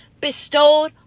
bestowed